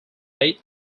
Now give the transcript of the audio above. late